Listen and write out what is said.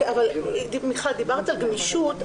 מיכל, דיברת על גמישות.